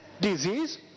disease